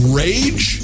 rage